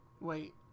wait